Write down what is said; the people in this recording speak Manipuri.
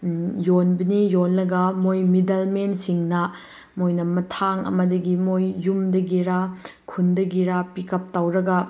ꯌꯣꯟꯕꯅꯤ ꯌꯣꯜꯂꯒ ꯃꯣꯏ ꯃꯤꯗꯜꯃꯦꯟꯁꯤꯡꯅ ꯃꯣꯏꯅ ꯃꯊꯥꯡ ꯑꯃꯗꯒꯤ ꯃꯣꯏ ꯌꯨꯝꯗꯒꯤꯔ ꯈꯨꯟꯗꯒꯤꯔ ꯄꯤꯛꯀꯞ ꯇꯧꯔꯒ